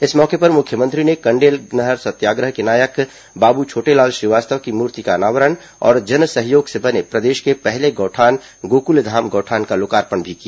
इस मौके पर मुख्यमंत्री ने कंडेल नहर सत्याग्रह के नायक बाबू छोटेलाल श्रीवास्तव की मूर्ति का अनावरण और जनसहयोग से बने प्रदेश के पहले गौठान गोकुलधाम गौठान का लोकार्पण भी किया